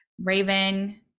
raven